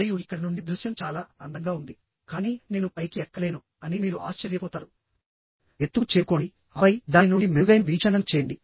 మరియు ఇక్కడ నుండి దృశ్యం చాలా అందంగా ఉంది కానీ నేను పైకి ఎక్కలేను అని మీరు ఆశ్చర్యపోతారు ఎత్తుకు చేరుకోండి ఆపై దాని నుండి మెరుగైన వీక్షణను చేయండి